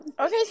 Okay